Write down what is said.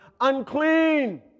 unclean